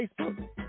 Facebook